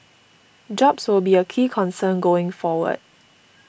jobs will be a key concern going forward